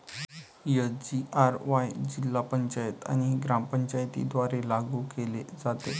SGRY जिल्हा पंचायत आणि ग्रामपंचायतींद्वारे लागू केले जाते